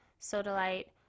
sodalite